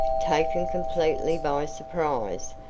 taken completely by surprise,